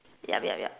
yup yup yup